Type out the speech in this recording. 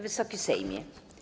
Wysoki Sejmie!